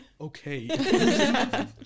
okay